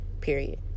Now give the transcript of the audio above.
period